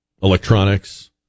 Electronics